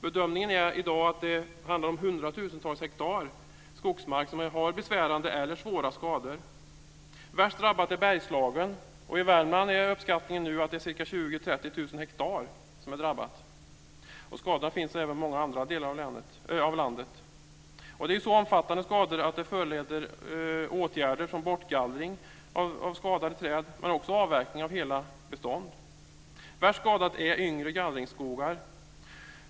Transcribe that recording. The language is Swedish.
Bedömningen är i dag att det handlar om hundratusentals hektar skogsmark som har besvärande eller svåra skador. Värst drabbat är Bergslagen. I Värmland är uppskattningen nu att det är 20 000-30 000 hektar som är drabbat. Skador finns även i många andra delar av landet. Det är så omfattande skador att de föranleder åtgärder som bortgallring av skadade träd men också avverkning av hela bestånd. Värst skadade är yngre gallringsskogar.